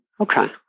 Okay